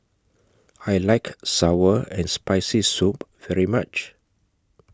I like Sour and Spicy Soup very much